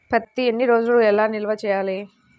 పత్తి ఎన్ని రోజులు ఎలా నిల్వ ఉంచాలి?